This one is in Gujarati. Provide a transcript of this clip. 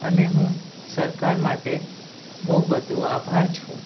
અને હું સરકાર માટે બહુ બધો આભારી છું